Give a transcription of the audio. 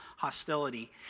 Hostility